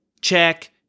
Check